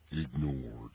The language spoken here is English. ignored